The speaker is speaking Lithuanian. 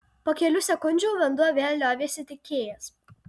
po kelių sekundžių vanduo vėl liovėsi tekėjęs